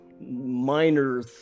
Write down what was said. minor